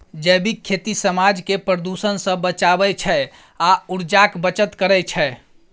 जैबिक खेती समाज केँ प्रदुषण सँ बचाबै छै आ उर्जाक बचत करय छै